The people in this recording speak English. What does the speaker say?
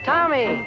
Tommy